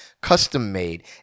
custom-made